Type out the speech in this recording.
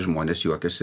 žmonės juokiasi